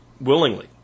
willingly